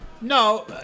No